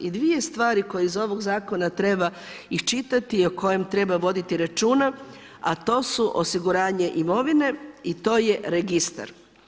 I dvije stvari koje iz ovog Zakona treba iščitati i o kojim treba voditi računa, a to su osiguranje imovine i to je registar.